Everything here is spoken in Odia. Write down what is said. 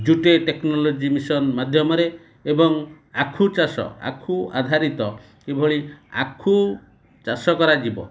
ଟେକ୍ନୋଲୋଜି ମିସନ୍ ମାଧ୍ୟମରେ ଏବଂ ଆଖୁ ଚାଷ ଆଖୁ ଆଧାରିତ କିଭଳି ଆଖୁ ଚାଷ କରାଯିବ